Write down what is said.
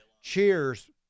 cheers